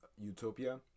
Utopia